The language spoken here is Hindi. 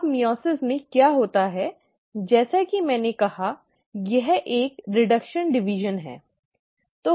अब मइओसिस में क्या होता है वहाँ जैसा कि मैंने कहा यह एक रीडक्शन डिवीजन है